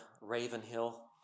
Ravenhill